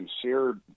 sincere